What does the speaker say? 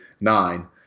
nine